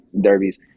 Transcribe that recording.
derbies